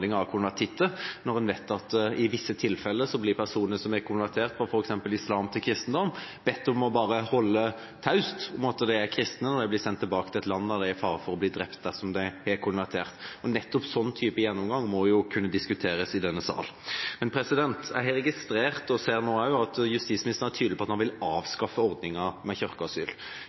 av konvertitter. Man vet at i visse tilfeller blir personer som har konvertert fra f.eks. islam til kristendom, bedt om bare å holde seg tause om at de er kristne når de blir sendt tilbake til et land der de er i fare for å bli drept dersom de har konvertert. Nettopp en sånn type gjennomgang må kunne diskuteres i denne sal. Jeg har registrert, og ser nå også, at justisministeren er tydelig på at han vil avskaffe ordninga med kirkeasyl.